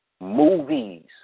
Movies